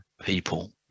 people